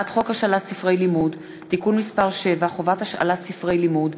הצעת חוק השאלת ספרי לימוד (תיקון מס' 7) (חובת השאלת ספרי לימוד),